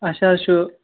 اَسہِ حظ چھُ